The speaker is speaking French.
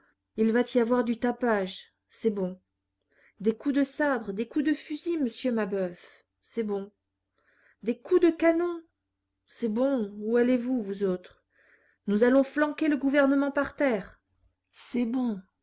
il va y avoir du tapage c'est bon des coups de sabre des coups de fusil monsieur mabeuf c'est bon des coups de canon c'est bon où allez-vous vous autres nous allons flanquer le gouvernement par terre c'est bon